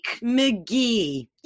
McGee